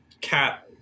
cat